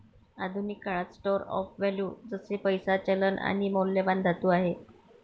आधुनिक काळात store of value जसे पैसा, चलन आणि मौल्यवान धातू आहे